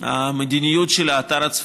המדיניות של האתר הצפוני,